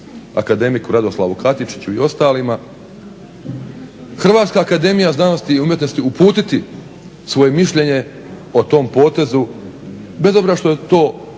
akademiku Radoslavu Kratičiću i ostalima Hrvatska akademija znanosti i umjetnosti uputiti svoje mišljenje o tom potezu bez obzira što je to